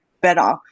better